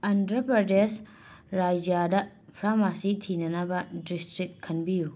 ꯑꯟꯗ꯭ꯔꯥ ꯄ꯭ꯔꯥꯗꯦꯁ ꯔꯥꯏꯖ꯭ꯌꯗꯥ ꯐꯥꯔꯃꯥꯁꯤ ꯊꯤꯅꯅꯕ ꯗꯤꯁꯇ꯭ꯔꯤꯛ ꯈꯟꯕꯤꯌꯨ